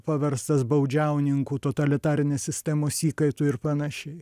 paverstas baudžiauninku totalitarinės sistemos įkaitu ir panašiai